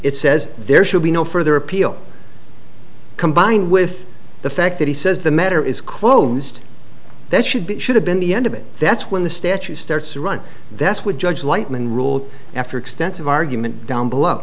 it says there should be no further appeal combined with the fact that he says the matter is closed that should be should have been the end of it that's when the statue starts to run that's what judge lightman ruled after extensive argument down below